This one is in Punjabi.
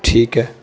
ਠੀਕ ਹੈ